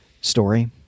story